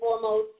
foremost